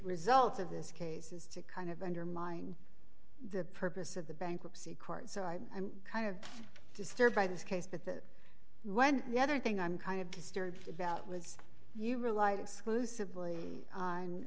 result of this case is to kind of undermine the purpose of the bankruptcy court so i'm i'm kind of disturbed by this case but that when the other thing i'm kind of disturbed about was you rely exclusively on